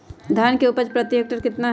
धान की उपज प्रति हेक्टेयर कितना है?